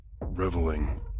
reveling